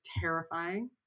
terrifying